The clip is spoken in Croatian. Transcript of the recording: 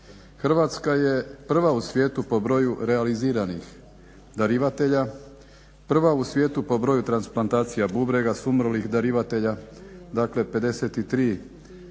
Hrvatska je prva u svijetu po broju realiziranih darivatelja, prva u svijetu po broju transplantacija bubrega sa umrlih darivatelja. Dakle, 53 po milijun